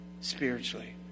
spiritually